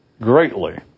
greatly